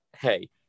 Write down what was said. hey